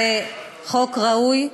זה חוק ראוי,